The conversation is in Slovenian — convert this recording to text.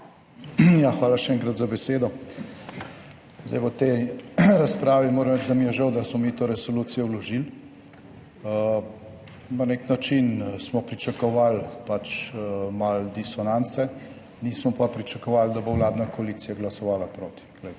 hvala še enkrat za besedo. Zdaj, v tej razpravi moram reči, da mi je žal, da smo mi to resolucijo vložili. Na nek način smo pričakovali pač malo disonance, nismo pa pričakovali, da bo vladna koalicija glasovala proti.